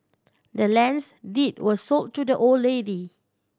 the land's deed was sold to the old lady